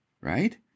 Right